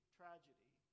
tragedy